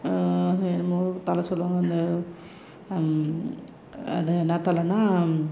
அது என்னமோ தழை சொல்லுவாங்க அந்த அது என்ன தழைன்னா